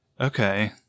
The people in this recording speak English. Okay